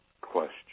question